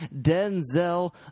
Denzel